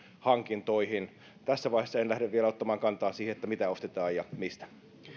hankintoihin tässä vaiheessa en lähde vielä ottamaan kantaa siihen mitä ostetaan ja mistä